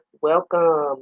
Welcome